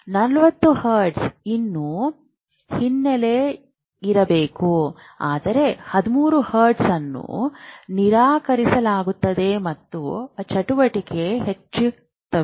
40 hertz ಇನ್ನೂ ಹಿನ್ನೆಲೆಯಲ್ಲಿರಬಹುದು ಆದರೆ 13 ಹರ್ಟ್ಜ್ ಅನ್ನು ನಿರಾಕರಿಸಲಾಗುತ್ತದೆ ಮತ್ತು ಚಟುವಟಿಕೆ ಹೆಚ್ಚಾಗುತ್ತದೆ